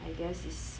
I guess it's